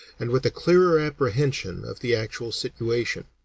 and with a clearer apprehension of the actual situation.